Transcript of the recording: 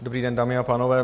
Dobrý den, dámy a pánové.